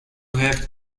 have